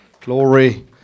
Glory